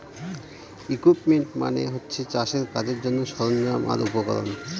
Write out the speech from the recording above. equipment মানে হচ্ছে চাষের কাজের জন্যে সরঞ্জাম আর উপকরণ